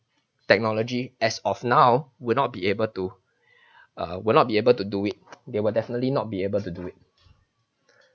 technology as of now would not be able to uh would not be able to do it they will definitely not be able to do it